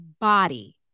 body